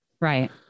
Right